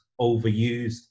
overused